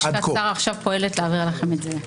לשכת שר עכשיו פועלת להעביר לכם את זה.